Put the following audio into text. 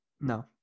No